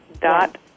dot